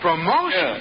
Promotion